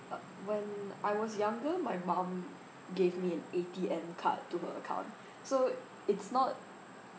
when I was younger my mum gave me an A_T_M card to her account so it's not